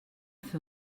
fer